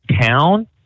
town